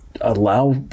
allow